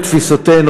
לתפיסתנו,